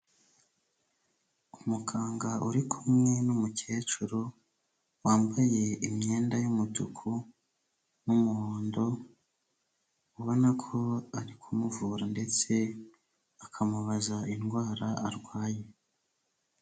Umuganga uri kumwe n'umukecuru, wambaye imyenda y'umutuku n'umuhondo, ubona ko ari kumuvura ndetse akamubaza indwara arwaye.